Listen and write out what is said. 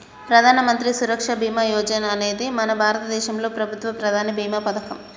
ప్రధానమంత్రి సురక్ష బీమా యోజన అనేది మన భారతదేశంలో ప్రభుత్వ ప్రధాన భీమా పథకం